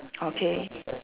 okay